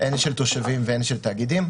הן של תושבים והן של תאגידים,